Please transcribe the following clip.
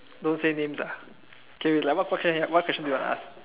don't say names ah okay like what question what question you wanna ask